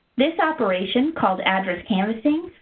this operation, called address canvassing,